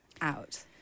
out